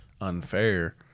unfair